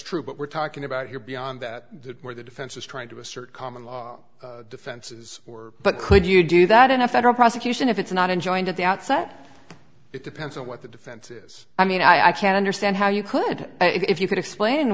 true but we're talking about here beyond that where the defense is trying to assert common law defenses or but could you do that in a federal prosecution if it's not enjoined at the outset it depends on what the defense is i mean i can understand how you could if you could explain